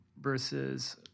versus